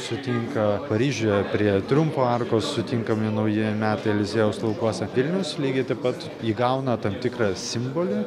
sutinka paryžiuje prie triumfo arkos sutinkami naujieji metai eliziejaus laukuose vilnius lygiai taip pat įgauna tam tikrą simbolį